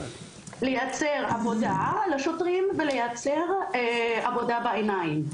לייצר עבודה לשוטרים ולייצר עבודה בעיניים.